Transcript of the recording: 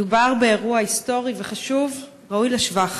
מדובר באירוע היסטורי וחשוב, ראוי לשבח.